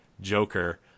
Joker